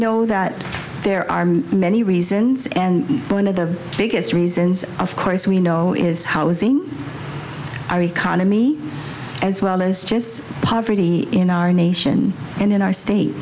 know that there are many reasons and one of the biggest reasons of course we know is housing our economy as well as poverty in our nation and in our state